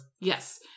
Yes